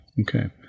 okay